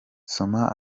soma